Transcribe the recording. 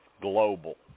global